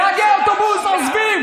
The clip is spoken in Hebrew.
ניצולי שואה